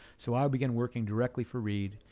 so i began working directly for reed.